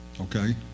okay